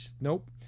nope